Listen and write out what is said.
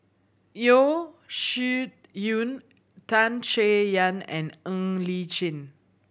Yeo Shih Yun Tan Chay Yan and Ng Li Chin